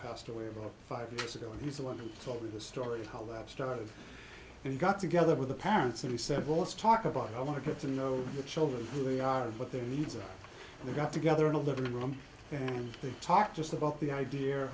passed away about five years ago and he's the one who told me the story of how life started and he got together with the parents and he said well let's talk about i want to get to know your children who they are what their needs are and they got together in a little room and they talked just about the idea